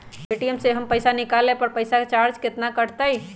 ATM से पईसा निकाले पर पईसा केतना चार्ज कटतई?